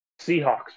Seahawks